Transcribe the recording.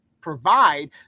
provide